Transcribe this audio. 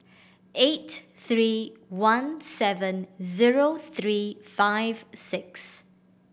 eight three one seven zero three five six